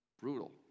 Brutal